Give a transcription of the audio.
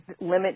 limit